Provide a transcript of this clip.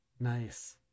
Nice